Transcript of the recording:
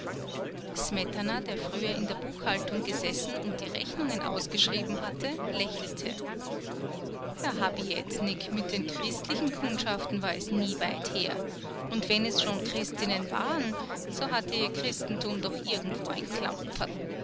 smetana der früher in der buchhaltung gesessen und die rechnungen ausgeschrieben hatte lächelte herr habietnik mit den christlichen kundschaften war es nie weit her und wenn es schon christinnen waren so hatte ihr christentum doch irgendwo ein